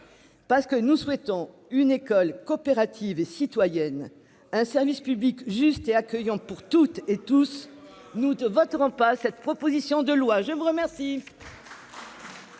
Parce que nous souhaitons une école coopératives et citoyenne. Un service public juste et accueillant pour toutes et tous, nous voterons pas cette proposition de loi, je vous remercie.